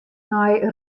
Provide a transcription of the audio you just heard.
nei